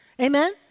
Amen